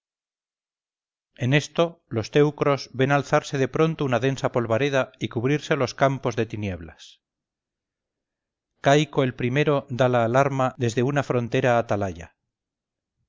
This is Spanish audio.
en esto los teucros ven alzarse de pronto una densa polvareda y cubrirse los campos de tinieblas caico el primero da la alarma desde una frontera atalaya